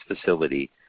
facility